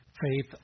Faith